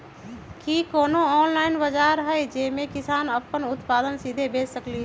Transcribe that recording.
कि कोनो ऑनलाइन बाजार हइ जे में किसान अपन उत्पादन सीधे बेच सकलई ह?